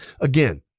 Again